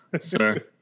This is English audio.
sir